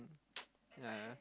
yeah